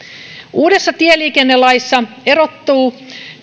uudessa tieliikennelaissa erottuu